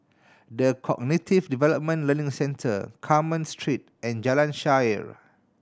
The Cognitive Development Learning Centre Carmen Street and Jalan Shaer